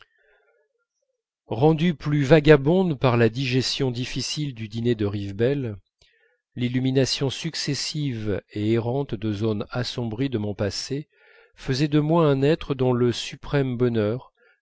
rendue plus vagabonde par la digestion difficile du dîner de rivebelle l'illumination successive et errante de zones assombries de mon passé faisait de moi un être dont le suprême bonheur